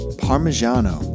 parmigiano